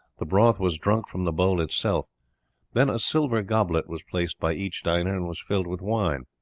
the broth was drunk from the bowl itself then a silver goblet was placed by each diner, and was filled with wine.